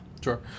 sure